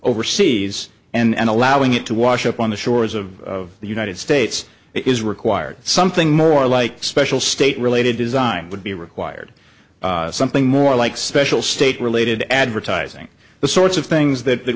overseas and allowing it to wash up on the shores of the united states is required something more like special state related design would be required something more like special state related advertising the sorts of things that